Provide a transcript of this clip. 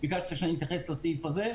ביקשת שאני אתייחס לסעיף הזה,